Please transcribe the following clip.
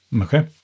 Okay